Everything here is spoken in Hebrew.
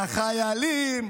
לחיילים,